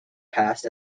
past